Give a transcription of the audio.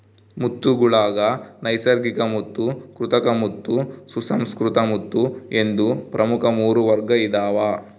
ಮುತ್ತುಗುಳಾಗ ನೈಸರ್ಗಿಕಮುತ್ತು ಕೃತಕಮುತ್ತು ಸುಸಂಸ್ಕೃತ ಮುತ್ತು ಎಂದು ಪ್ರಮುಖ ಮೂರು ವರ್ಗ ಇದಾವ